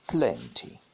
Plenty